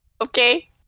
Okay